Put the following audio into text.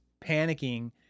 panicking